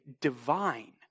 divine